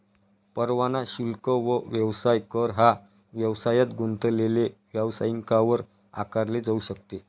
परवाना शुल्क व व्यवसाय कर हा व्यवसायात गुंतलेले व्यावसायिकांवर आकारले जाऊ शकते